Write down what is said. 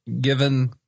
given –